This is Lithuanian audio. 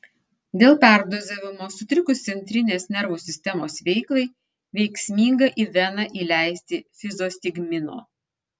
dėl perdozavimo sutrikus centrinės nervų sistemos veiklai veiksminga į veną įleisti fizostigmino